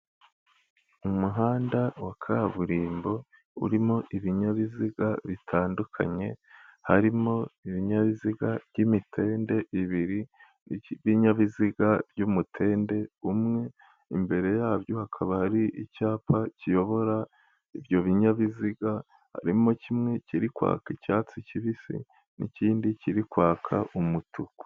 Umuhanda wa kaburimbo urimo ibinyabiziga bitandukanye, harimo ibinyabiziga by'imitende ibiri ibinyabiziga by'umutende umwe, imbere yabyo hakaba hari icyapa kiyobora ibyo binyabiziga, harimo kimwe kiri kwaka icyatsi kibisi n'ikindi kiri kwaka umutuku.